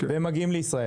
והם מגיעים לישראל.